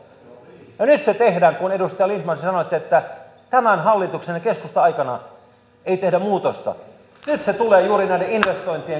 kun edustaja lindtman te sanoitte että tämän hallituksen ja keskustan aikana ei tehdä muutosta nyt se tulee juuri näiden investointien kautta